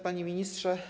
Panie Ministrze!